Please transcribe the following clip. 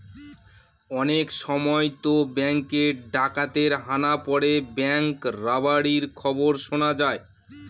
অনেক সময়তো ব্যাঙ্কে ডাকাতের হানা পড়ে ব্যাঙ্ক রবারির খবর শোনা যায়